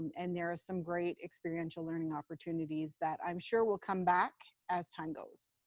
and there are some great experiential learning opportunities that i'm sure will come back as time goes